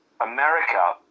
America